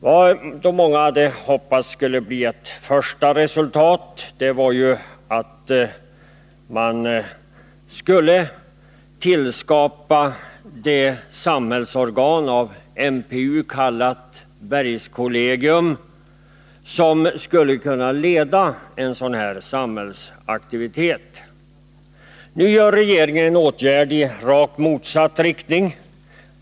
Vad de många hade hoppats skulle bli ett första resultat var att man skulle tillskapa det samhällsorgan, av MPU kallat bergskollegium, som skulle kunna leda en sådan här samhällsaktivitet. Nu vidtar regeringen en åtgärd i rakt motsatt riktning.